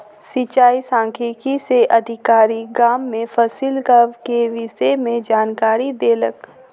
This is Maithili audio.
सिचाई सांख्यिकी से अधिकारी, गाम में फसिलक के विषय में जानकारी देलक